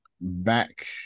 back